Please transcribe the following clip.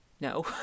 no